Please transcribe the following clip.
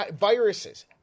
viruses